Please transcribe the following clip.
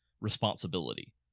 responsibility